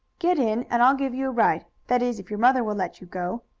get in, and i'll give you a ride that is if your mother will let you go,